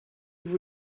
vous